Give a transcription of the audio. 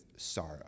Sorrow